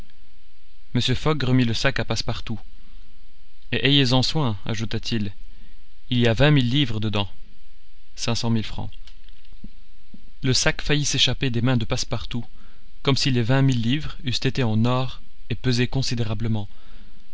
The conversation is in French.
mr fogg remit le sac à passepartout et ayez-en soin ajouta-t-il il y a vingt mille livres dedans le sac faillit s'échapper des mains de passepartout comme si les vingt mille livres eussent été en or et pesé considérablement